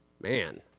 Man